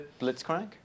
Blitzcrank